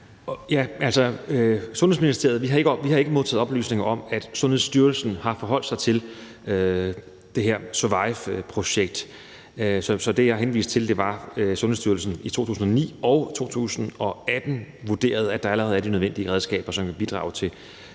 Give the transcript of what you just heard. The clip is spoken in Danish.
I Sundhedsministeriet har vi ikke modtaget oplysninger om, at Sundhedsstyrelsen har forholdt sig til det her SURVIVE-projekt, så det, jeg henviste til, var, at Sundhedsstyrelsen i 2009 og i 2018 vurderede, at der allerede er de nødvendige redskaber, som vil bidrage til